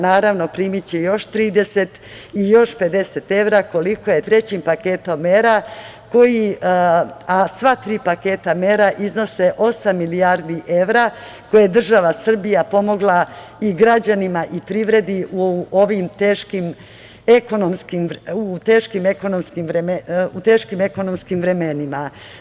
Naravno, primiće još 30 evra i još 50 evra, koliko je trećim paketom mera, a sva tri paketa mera iznose osam milijardi evra, koliko je država Srbija pomogla i građanima i privredi u ovim teškim ekonomskim vremenima.